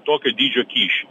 tokio dydžio kyšį